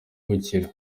gukira